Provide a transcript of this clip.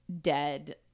dead